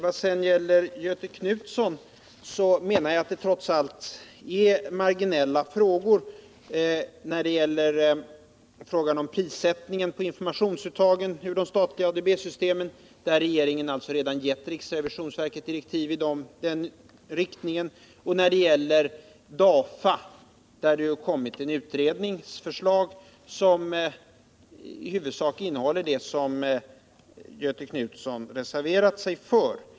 Vad gäller Göthe Knutsons inlägg menar jag att reservationerna trots allt tar upp marginella frågor. Beträffande prissättningen på informationsuttagen ur de statliga ADB-systemen har regeringen redan gett riksrevisionsverket direktiv i den riktning som reservanterna föreslår. När det gäller data har det ju lagts fram ett förslag som i huvudsak innehåller det som Göthe Knutson reserverat sig för.